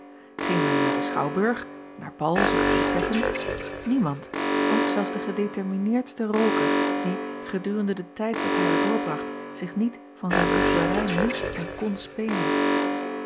ing men naar den schouwburg naar bals of koncerten niemand ook zelfs de gedetermineerdste rooker die gedurende den tijd dat hij er doorbracht zich niet van zijn liefhebberij moest en kon spenen